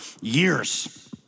years